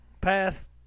Pass